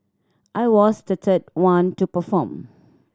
I was the third one to perform